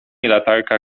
latarka